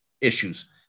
issues